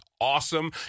awesome